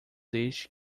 deixe